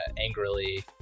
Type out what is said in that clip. angrily